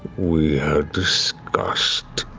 we had discussed,